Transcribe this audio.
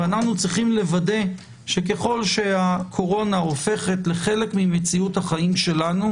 ואנחנו צריכים לוודא שככל שהקורונה הופכת לחלק ממציאות החיים שלנו,